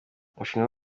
umushinga